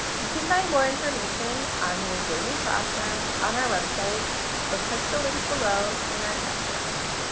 you can find more information on the engraving process on our website or click the link below in our captions.